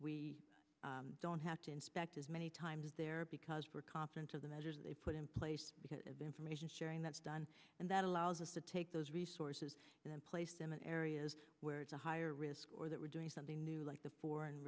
we don't have to inspect as many times there because we're confident of the measures they put in place because of the information sharing that's done and that allows us to take those resources and place them in areas where it's a higher risk or that we're doing something new like the foreign